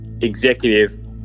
Executive